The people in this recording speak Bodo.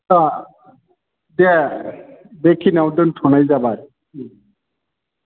आदसा दे बेखिनियाव दोनथ'नाय जाबाय